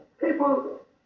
people